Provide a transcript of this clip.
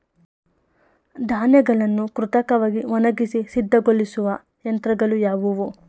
ಧಾನ್ಯಗಳನ್ನು ಕೃತಕವಾಗಿ ಒಣಗಿಸಿ ಸಿದ್ದಗೊಳಿಸುವ ಯಂತ್ರಗಳು ಯಾವುವು?